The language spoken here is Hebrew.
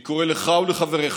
אני קורא לך ולחבריך